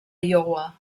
iowa